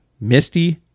Misty